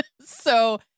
So-